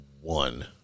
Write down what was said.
one